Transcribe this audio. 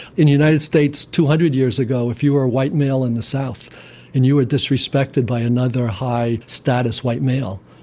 in the united states two hundred years ago if you were a white male in the south and you were disrespected by another high status white male,